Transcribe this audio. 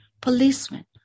policemen